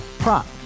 Prop